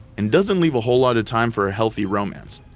and doesn't leave a whole lot of time for a healthy romance.